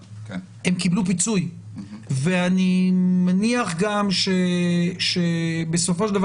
הם קיבלו פיצוי ואני מניח גם שבסופו של דבר